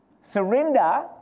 surrender